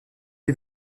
est